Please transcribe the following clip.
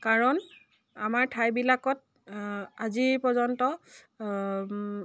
কাৰণ আমাৰ ঠাইবিলাকত আজিৰ পৰ্যন্ত